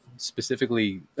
specifically